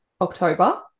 October